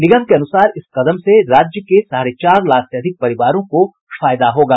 निगम के अनुसार इस कदम से राज्य के साढ़े चार लाख से अधिक परिवारों को फायदा होगा